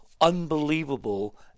unbelievable